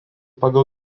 pagal